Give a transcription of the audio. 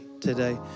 today